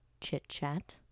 chit-chat